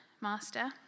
Master